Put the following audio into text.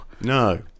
No